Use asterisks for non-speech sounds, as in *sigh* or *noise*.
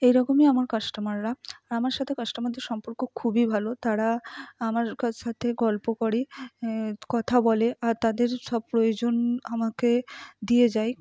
এইরকমই আমার কাস্টমাররা আমার সাথে কাস্টমারদের সম্পর্ক খুবই ভালো তারা আমার *unintelligible* সাথে গল্প করে কথা বলে আর তাদের সব প্রয়োজন আমাকে দিয়ে যায়